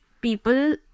people